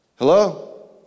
Hello